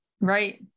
Right